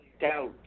doubt